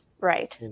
Right